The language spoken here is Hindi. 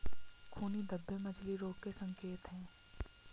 खूनी धब्बे मछली रोग के संकेत हैं